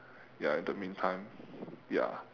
ya in the meantime ya